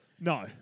No